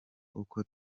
uko